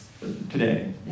today